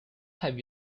have